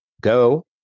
go